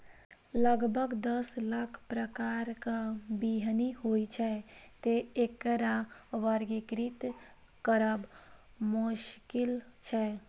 लगभग दस लाख प्रकारक बीहनि होइ छै, तें एकरा वर्गीकृत करब मोश्किल छै